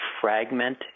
fragment